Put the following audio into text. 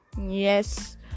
yes